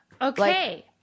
Okay